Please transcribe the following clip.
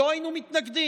לא היינו מתנגדים.